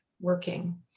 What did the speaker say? working